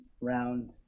round